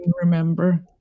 remember